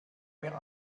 mir